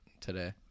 today